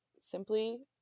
simply